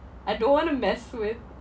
I don't want to mess with